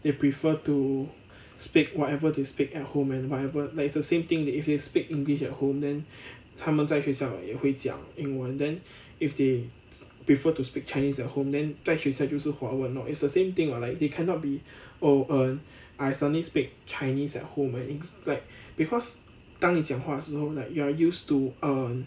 they prefer to speak whatever they speak at home and whatever like it's the same thing that if they speak english at home then 他们在学校也会讲英文 then if they prefer to speak chinese at home then 在学校就是华文 lor it's the same thing what like they cannot be oh um I suddenly speak chinese at home like because 当你讲话的时候 like you are used to um